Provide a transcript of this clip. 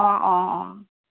অঁ অঁ অঁ